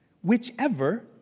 whichever